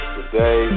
Today